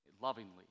lovingly